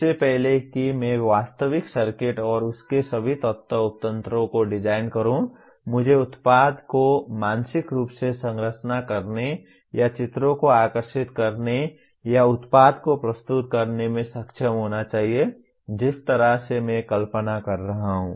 इससे पहले कि मैं वास्तविक सर्किट और उस के सभी तत्व उपतंत्रों को डिजाइन करूं मुझे उत्पाद को मानसिक रूप से संरचना करने या चित्रों को आकर्षित करने या उत्पाद को प्रस्तुत करने में सक्षम होना चाहिए जिस तरह से मैं कल्पना कर रहा हूं